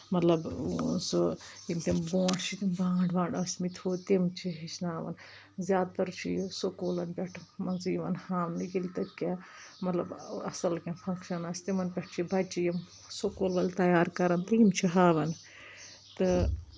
مطلب سُہ یِم تِم برونٛٹھ چھِ تِم بانٛڈ وانٛڈ ٲسۍ مٕتۍ ہُہ تِم چھِ ہیٚچھناوَان زیادٕ تر چھُ یہِ سکوٗلَن پؠٹھ منٛزٕ یِوان ہاونہٕ ییٚلہِ تہِ کینٛہہ مطلب اَصٕل کینٛہہ فنٛگشَن آسہِ تِمَن پؠٹھ چھِ بَچہِ یِم سکوٗل وٲلۍ تَیار کَرَان تہٕ یِم چھِ ہاوَان تہٕ